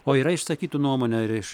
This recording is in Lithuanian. o yra išsakytų nuomonę ar iš